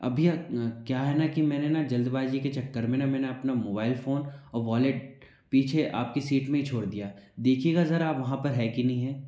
अभी अपना क्या है न कि मैं न जल्दबाजी के चक्कर में न मैंने अपना मोबाइल फ़ोन और वॉलेट पीछे आपकी सीट में ही छोड़ दिया देखिएगा जरा वहाँ पर है कि नहीं है